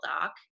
doc